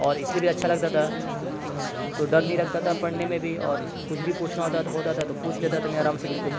اور اس لیے بھی اچھا لگتا تھا تو ڈر نہیں لگتا تھا پڑھنے میں بھی اور کچھ بھی پوچھنا ہوتا تھا ہوتا تھا تو پوچھ لیتا تھا میں آرام سے بالکل